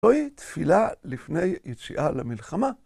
זוהי תפילה לפני יציאה למלחמה.